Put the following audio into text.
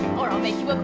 or i'll make you a bet,